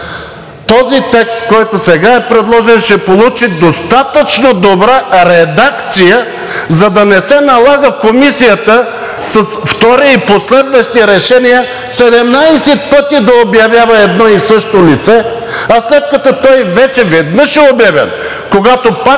този текст, който сега е предложен, ще получи достатъчно добра редакция, за да не се налага Комисията с втори и последващи решения 17 пъти да обявява едно и също лице, а след като той веднъж вече е обявен, когато пак